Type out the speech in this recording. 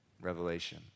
Revelation